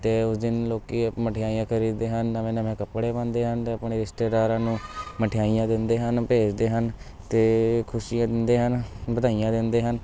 ਅਤੇ ਉਸ ਦਿਨ ਲੋਕ ਮਿਠਾਈਆਂ ਖਰੀਦਦੇ ਹਨ ਨਵੇਂ ਨਵੇਂ ਕੱਪੜੇ ਪਾਉਂਦੇ ਹਨ ਅਤੇ ਆਪਣੇ ਰਿਸ਼ਤੇਦਾਰਾਂ ਨੂੰ ਮਠਿਆਈਆਂ ਦਿੰਦੇ ਹਨ ਭੇਜਦੇ ਹਨ ਅਤੇ ਖੁਸ਼ੀਆਂ ਦਿੰਦੇ ਹਨ ਵਧਾਈਆਂ ਦਿੰਦੇ ਹਨ